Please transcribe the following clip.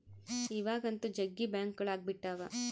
ಇವಾಗಂತೂ ಜಗ್ಗಿ ಬ್ಯಾಂಕ್ಗಳು ಅಗ್ಬಿಟಾವ